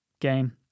game